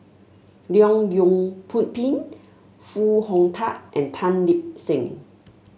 Leong Yoon Pu Pin Foo Hong Tatt and Tan Lip Seng